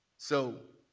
so